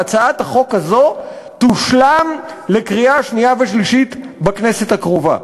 והצעת החוק הזאת תושלם לקריאה שנייה ושלישית בכנסת הקרובה.